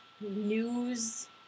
news